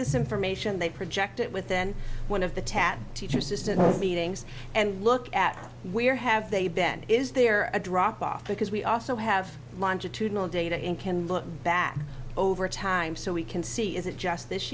this information they project it with then one of the tag teacher's assistant meetings and look at where have they been is there a drop off because we also have longitudinal data in can look back over time so we can see is it just this